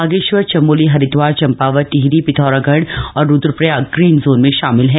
बागेश्वर चमोली हरिदवार चंपावत टिहरी पिथौरागढ़ और Rudraprayag green zone में शामिल हैं